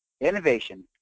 innovation